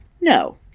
No